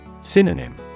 Synonym